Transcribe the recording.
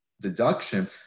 deduction